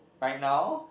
right now